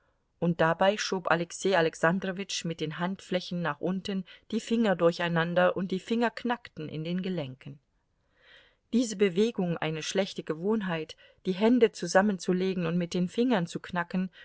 und dabei schob alexei alexandrowitsch mit den handflächen nach unten die finger durcheinander und die finger knackten in den gelenken diese bewegung eine schlechte gewohnheit die hände zusammenzulegen und mit den fingern zu knacken